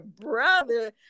brother